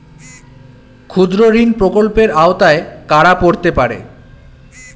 ক্ষুদ্রঋণ প্রকল্পের আওতায় কারা পড়তে পারে?